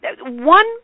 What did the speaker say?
One